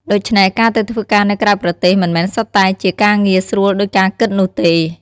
ដូច្នេះ ការទៅធ្វើការនៅក្រៅប្រទេសមិនមែនសុទ្ធតែជាការងារស្រួលដូចការគិតនោះទេ។